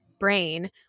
brain